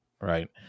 right